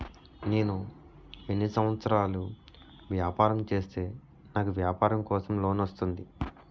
నేను ఎన్ని సంవత్సరాలు వ్యాపారం చేస్తే నాకు వ్యాపారం కోసం లోన్ వస్తుంది?